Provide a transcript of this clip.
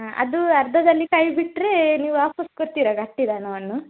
ಹಾಂ ಅದು ಅರ್ಧದಲ್ಲಿ ಕೈ ಬಿಟ್ಟರೆ ನೀವು ವಾಪಸ್ಸು ಕೊಡ್ತೀರ ಕಟ್ಟಿದ ಹಣವನ್ನು